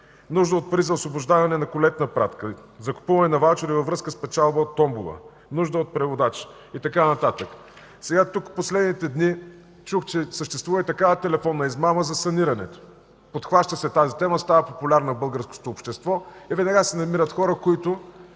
нужда от пари за освобождаване на колетна пратка; закупуване на ваучери във връзка с печалба от томбола; нужда от преводач и така нататък. Сега в последните дни чух, че съществува и такава телефонна измама за санирането. Подхваща се тази тема, става популярна в българското общество и веднага се намират хора, които